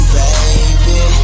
baby